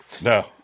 No